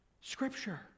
Scripture